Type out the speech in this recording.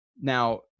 Now